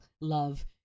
love